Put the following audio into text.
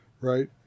right